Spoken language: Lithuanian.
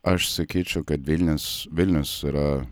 aš sakyčiau kad vilnius vilnius yra